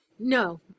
No